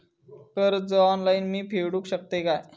कर्ज ऑनलाइन मी फेडूक शकतय काय?